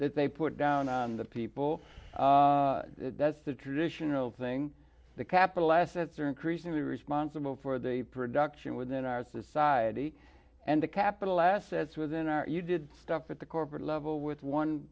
that they put down on the people that's the traditional thing the capital assets are increasingly responsible for the production within our society and the capital assets within our you did stuff at the corporate level with one